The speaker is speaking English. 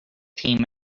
team